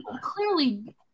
clearly